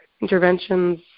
interventions